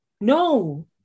no